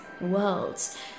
worlds